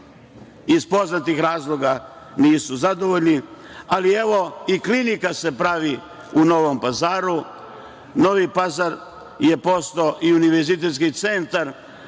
Iz poznatih razloga nisu zadovoljni. Ali, evo i klinika se pravi u Novom Pazaru, Novi Pazar je postao i univerzitetski centar